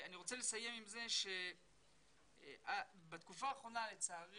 אני רוצה לסיים את דבריי ולומר שבתקופה האחרונה לצערי,